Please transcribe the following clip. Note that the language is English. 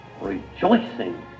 rejoicing